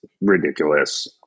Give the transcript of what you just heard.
ridiculous